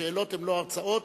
השאלות הן לא הרצאות,